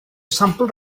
sampl